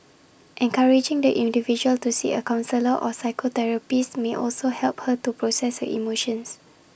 encouraging the individual to see A counsellor or psychotherapist may also help her to process her emotions